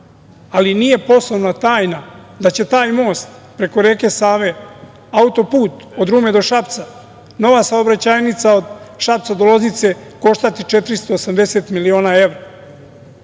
ali nije poslovna tajna da će taj most preko reke Save, auto-put od Rume do Šapca, nova saobraćajnica od Šapca do Loznice, koštati 480 miliona evra.